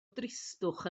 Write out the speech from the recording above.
dristwch